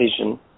vision